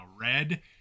red